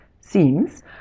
seems